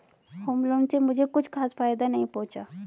home loan से मुझे कुछ खास फायदा नहीं पहुंचा